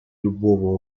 любого